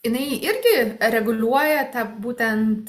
jinai irgi reguliuoja tą būtent